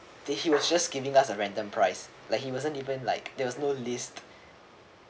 they he was just giving us a random price like he wasn't even like there was no list